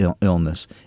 illness